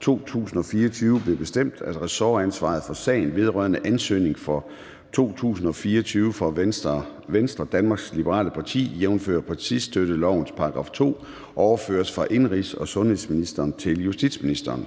2024 blev bestemt, at ressortansvaret for sagen vedrørende ansøgning for 2024 fra Venstre, Danmarks Liberale Parti, jf. partistøttelovens § 2, overføres fra indenrigs- og sundhedsministeren til justitsministeren.